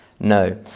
No